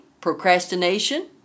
procrastination